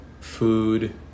food